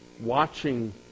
Watching